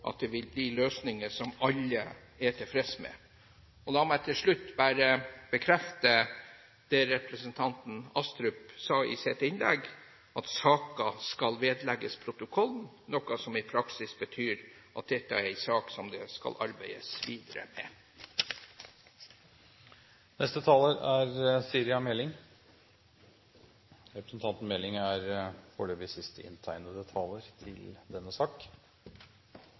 det vil bli løsninger som alle er tilfreds med. La meg til slutt bare bekrefte det representanten Astrup sa i sitt innlegg, at saken skal vedlegges protokollen, noe som i praksis betyr at dette er en sak som det skal arbeides videre